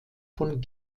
von